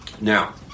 Now